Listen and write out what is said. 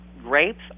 grapes